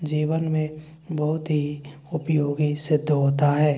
जीवन में बहुत ही उपयोगी सिद्ध होता है